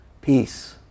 peace